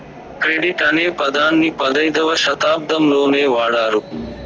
credit అనే పదాన్ని పదైధవ శతాబ్దంలోనే వాడారు